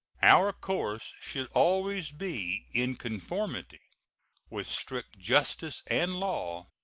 our course should always be in conformity with strict justice and law,